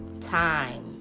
Time